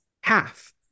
half